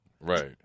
right